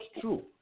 true